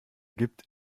gibt